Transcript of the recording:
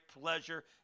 pleasure